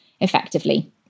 effectively